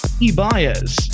E-Bias